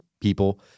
people